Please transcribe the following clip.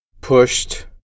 pushed